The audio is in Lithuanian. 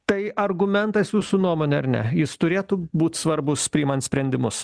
tai argumentas jūsų nuomone ar ne jis turėtų būt svarbus priimant sprendimus